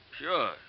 Sure